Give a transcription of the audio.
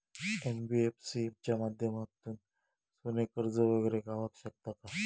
NBFC च्या माध्यमातून सोने कर्ज वगैरे गावात शकता काय?